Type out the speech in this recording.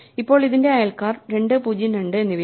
ഇപ്പോൾ അതിന്റെ അയൽക്കാർ 2 0 2 എന്നിവയാണ്